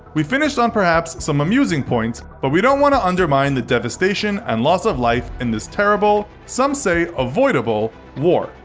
we finished on perhaps some amusing points, but we don't want to undermine the devastation and loss of life in this terrible some say avoidable war.